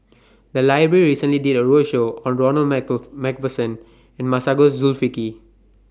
The Library recently did A roadshow on Ronald MacPherson and Masagos Zulkifli